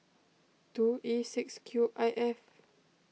two E six Q I F